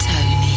Tony